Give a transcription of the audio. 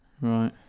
Right